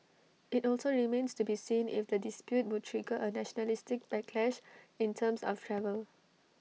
IT also remains to be seen if the dispute would trigger A nationalistic backlash in terms of travel